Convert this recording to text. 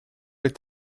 est